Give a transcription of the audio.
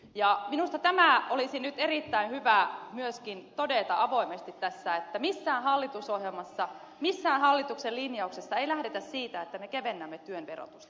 minusta tämä olisi nyt erittäin hyvä myöskin todeta avoimesti tässä että missään hallitusohjelmassa missään hallituksen linjauksessa ei lähdetä siitä että me kevennämme työn verotusta